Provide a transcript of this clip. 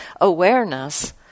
awareness